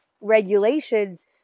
regulations